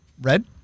red